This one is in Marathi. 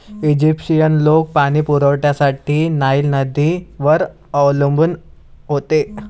ईजिप्शियन लोक पाणी पुरवठ्यासाठी नाईल नदीवर अवलंबून होते